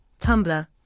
Tumblr